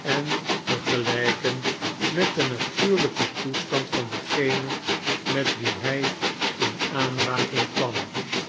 ea vergelijkea met den na fuurlijkea toestand van degeaea met wie hij in aanraking kwam